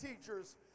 teachers